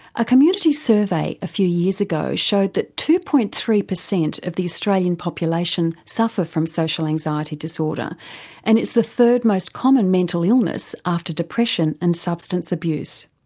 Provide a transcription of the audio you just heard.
a community survey a few years ago showed that two. three percent of the australian population suffer from social anxiety disorder and it's the third most common mental illness after depression and substance abuse.